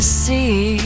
see